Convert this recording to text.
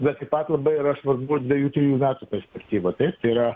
bet taip pat labai yra svarbu dvejų trijų metų perspektyva taip tai yra